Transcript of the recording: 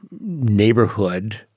neighborhood